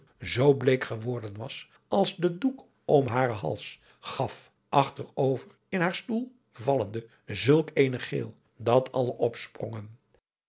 zoo bleek geworden was als de doek om haren hals gaf achter over in haar stoel vallende zulk een gil dat allen opsprongen